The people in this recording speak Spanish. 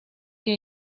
que